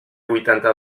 huitanta